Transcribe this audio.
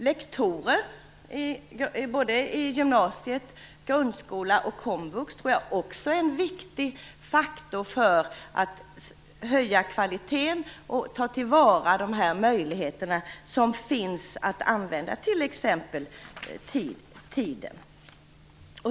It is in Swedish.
Lektorer, både i gymnasiet, i grundskolan och i komvux, tror jag också är en viktig faktor för att höja kvaliteten och ta till vara de möjligheter som finns att använda t.ex. tiden.